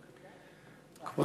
ואחריו,